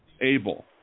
able